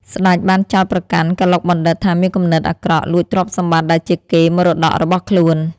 ស្តេចបានចោទប្រកាន់កឡុកបណ្ឌិតថាមានគំនិតអាក្រក់ លួចទ្រព្យសម្បត្តិដែលជាកេរ្តិ៍មរតករបស់ខ្លួន។